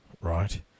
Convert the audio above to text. right